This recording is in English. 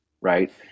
right